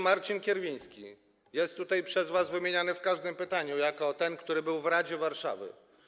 Marcin Kierwiński jest tutaj przez was wymieniany w każdym pytaniu jako ten, który był w radzie Warszawy.